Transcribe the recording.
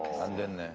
hundred and